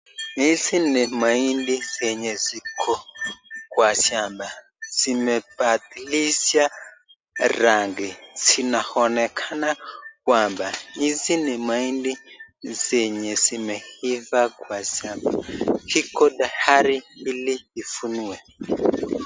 Hizi ni mahindi zenye ziko kwa shamba. Zimebadilisha rangi. Zinaonekana kwamba hizi ni mahindi zenye zimeiva kwa shamba. Ziko tayari ili ivunwe.